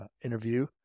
interview